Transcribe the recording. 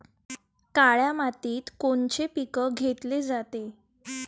काळ्या मातीत कोनचे पिकं घेतले जाते?